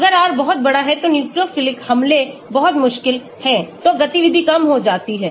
अगर R बहुत बड़ा है तो न्यूक्लियोफिलिक हमले बहुत मुश्किल है तो गतिविधि कम हो जाती है